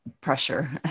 pressure